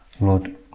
Lord